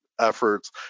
efforts